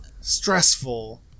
stressful